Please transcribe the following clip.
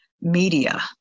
media